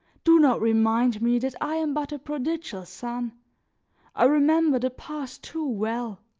do not remind me that i am but a prodigal son i remember the past too well.